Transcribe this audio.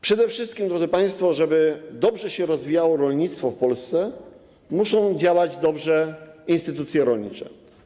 Przede wszystkim, drodzy państwo, żeby dobrze się rozwijało rolnictwo w Polsce, muszą dobrze działać instytucje rolnicze.